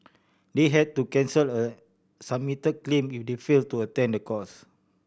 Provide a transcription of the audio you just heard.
they had to cancel a submitted claim if they failed to attend the course